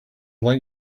like